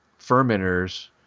fermenters